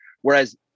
Whereas